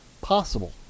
possible